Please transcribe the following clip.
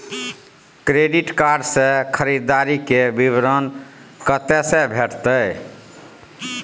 Credit card से खरीददारी के विवरण कत्ते से भेटतै?